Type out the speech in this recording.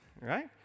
right